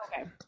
Okay